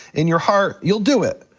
in your heart, you'll do it,